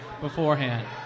beforehand